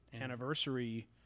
anniversary